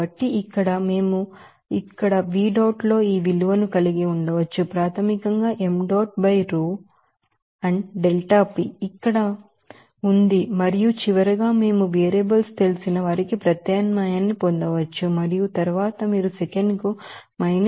కాబట్టి ఇక్కడ మేము ఇక్కడ V dot లో ఈ విలువను కలిగి ఉండవచ్చు ప్రాథమికంగా m dot by row and delta P ఇక్కడ ఉంది మరియు చివరగా మేము వేరియబుల్స్ తెలిసిన వారికి ప్రత్యామ్నాయాన్ని పొందవచ్చు మరియు తరువాత మీరు సెకనుకు మైనస్ 80